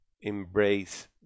embrace